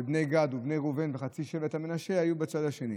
של בני גד ובני ראובן וחצי שבט המנשה היו בצד השני.